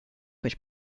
which